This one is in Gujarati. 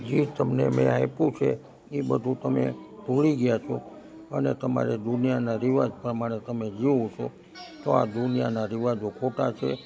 જે તમને મેં આપ્યું છે એ બધું તમે ભૂલી ગયા છો અને તમારે દુનિયાના રિવાજ પ્રમાણે તમે જીવો છો તો આ દુનિયાના રિવાજો ખોટા છે